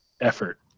effort